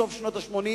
סוף שנות ה-80,